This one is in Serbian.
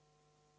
Hvala.